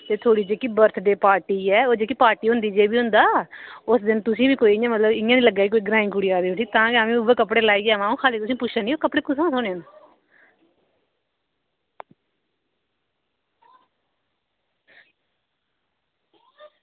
ते थुआढ़ी जेह्की बर्थडे पार्टी ऐ ओह् जेह्की पार्टी होंदी जे बी होंदा उस दिन तुसें बी कोई इ'यां मतलब कोई इ'यां निं लग्गे कि कोई ग्रांईं कुड़ी आई दी ऐ उठी तां गै अ'ऊं उ'ऐ कपड़े लाइयै आमां अ'ऊं खाल्ली तुसेंगी पुच्छा नी कि कपड़े कुत्थुआं थ्होने न